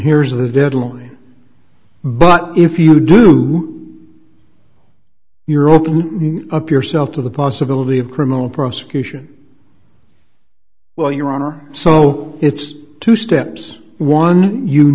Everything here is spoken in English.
here's the deadline but if you do you're opening up yourself to the possibility of criminal prosecution well your honor so it's two steps one you